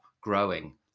growing